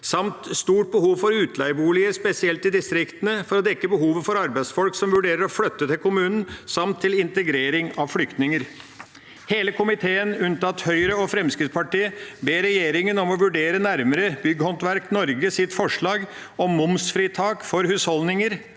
samt et stort behov for utleieboliger – spesielt i distriktene, for å dekke behovet for arbeidsfolk som vurderer å flytte til kommunen, samt til integrering av flyktninger. Hele komiteen, unntatt Høyre og Fremskrittspartiet, ber regjeringen om å vurdere nærmere Bygghåndverk Norges forslag om momsfritak for husholdninger,